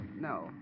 No